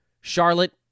Charlotte